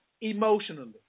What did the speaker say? emotionally